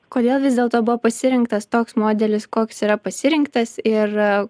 kodėl vis dėlto buvo pasirinktas toks modelis koks yra pasirinktas ir